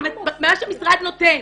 מה שהמשרד נותן,